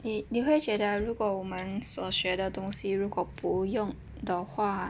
你会觉得如果我们所学的东西如果不用的话